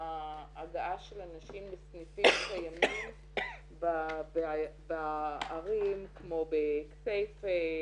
ההגעה של הנשים לסניפים קיימים בערים כמו בכסייפה,